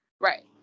right